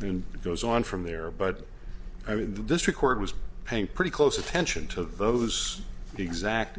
and it goes on from there but i mean this record was paying pretty close attention to those exact